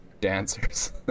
dancers